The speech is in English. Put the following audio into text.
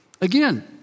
Again